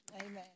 Amen